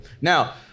Now